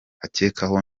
akekwaho